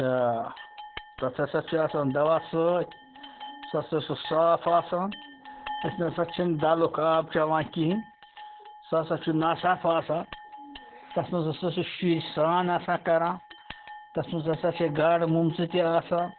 تہٕ تَتھ ہَسا چھُ آسان دَوا سۭتۍ سُہ ہَسا چھُ صاف آسان أسۍ نَہ سا چھِنہٕ ڈَلُک آب چٮ۪وان کِہیٖنۍ سُہ ہَسا چھُ ناصاف آسان تَتھ منٛز ہَسا چھِ شُرۍ سرٛان آسان کَران تَتھ منٛز ہَسا چھِ گاڈٕ موٗمژٕ تہِ آسان